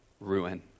ruin